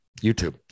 YouTube